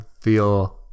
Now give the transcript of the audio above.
feel